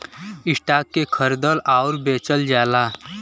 stock के खरीदल आउर बेचल जाला